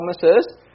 promises